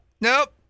nope